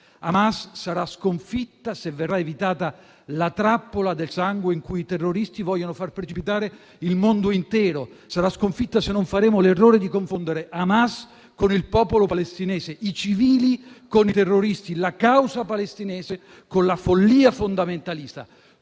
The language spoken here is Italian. Hamas sarà sconfitta se verrà evitata la trappola del sangue in cui i terroristi vogliono far precipitare il mondo intero; sarà sconfitta se non faremo l'errore di confondere Hamas con il popolo palestinese, i civili con i terroristi, la causa palestinese con la follia fondamentalista.